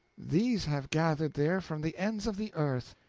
these have gathered there from the ends of the earth.